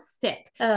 sick